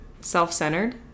self-centered